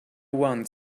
one